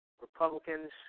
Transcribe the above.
Republicans